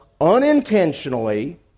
unintentionally